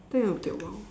think it will take a while